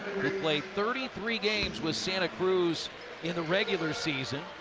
played thirty three games with santa cruz in the regular season,